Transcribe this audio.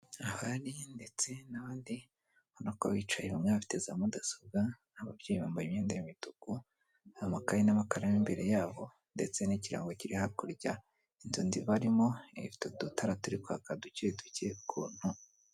Ahari ndetse n'abandi ubona ko bicaye bamwe bafite za mudasobwa, ababyeyi bambaye imyenda y'imituku amakaye n'amakaramu, imbere yabo ndetse n'ikirango kiri hakurya, inzu barimo ifite adutara turi kwaka duke duke ukuntu.